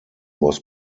was